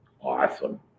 Awesome